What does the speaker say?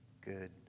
good